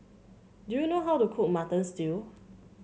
do you know how to cook Mutton Stew